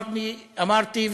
אמרתי,